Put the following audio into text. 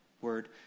word